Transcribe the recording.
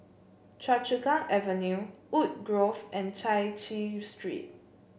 Choa Chu Kang Avenue Woodgrove and Chai Chee Street